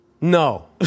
No